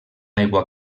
aigua